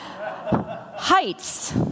Heights